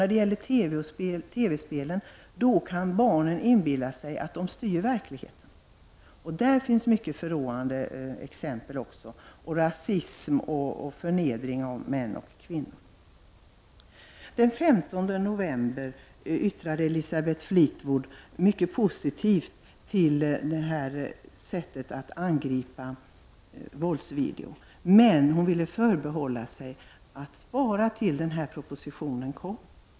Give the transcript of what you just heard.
När det gäller TV-spelen så kan barnen inbilla sig att de styr verkligheten. I fråga om dessa finns det många förråande exempel, bl.a. rasism och förnedring av män och kvinnor. Den 15 november yttrade Elisabeth Fleetwood sig mycket positivt om detta sätt att gå till angrepp mot våldsvideogram. Men hon ville att man skulle invänta denna proposition.